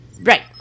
Right